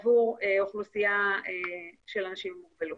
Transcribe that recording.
עבור אוכלוסייה של אנשים עם מוגבלות.